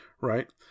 right